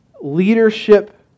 Leadership